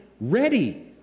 ready